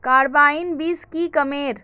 Carbine बीस की कमेर?